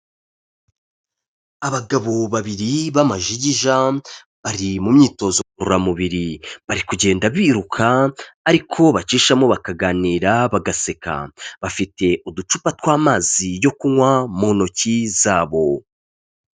Abagabo babiri b'amajigija bari mu myitozo ngororamubiri, bari kugenda biruka ariko bacishamo bakaganira bagaseka, bafite uducupa tw'amazi yo kunywa mu ntoki zabo.